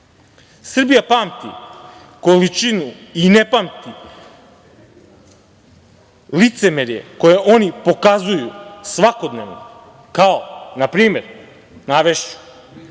Srbije. Srbija pamti količinu i ne pamti licemerje koje oni pokazuju svakodnevno kao na primer, navešću,